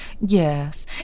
Yes